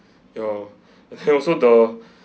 ya and also the